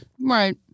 right